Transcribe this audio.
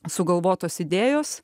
sugalvotos idėjos